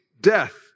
death